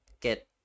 get